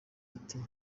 ati